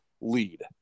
lead